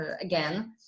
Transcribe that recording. again